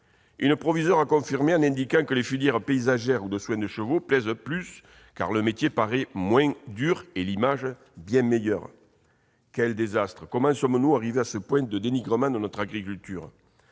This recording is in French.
me l'a confirmé, en indiquant que les filières paysagères ou concernant les soins de chevaux plaisent plus, car le métier visé paraît moins dur et l'image bien meilleure. Quel désastre ! Comment en sommes-nous arrivés à ce point de dénigrement de notre agriculture ?